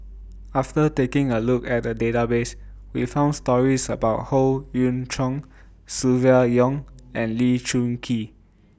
after taking A Look At The Database We found stories about Howe Yoon Chong Silvia Yong and Lee Choon Kee